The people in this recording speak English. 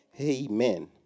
amen